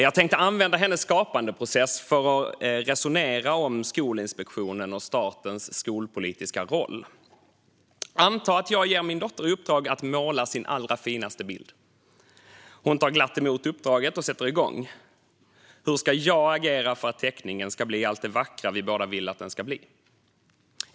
Jag tänkte använda hennes skapandeprocess för att resonera om Skolinspektionen och statens skolpolitiska roll. Anta att jag ger min dotter i uppdrag att måla sin allra finaste bild. Hon tar glatt emot uppdraget och sätter igång. Hur ska jag agera för att teckningen ska bli allt det vackra vi båda vill att den ska bli?